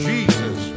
Jesus